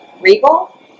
Regal